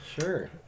Sure